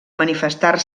manifestar